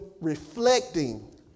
reflecting